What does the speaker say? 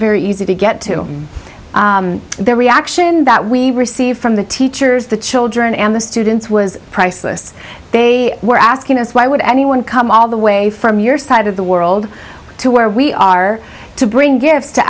very easy to get to their reaction that we received from the teachers the children and the students was priceless they were asking us why would anyone come all the way from your side of the world to where we are to bring gifts to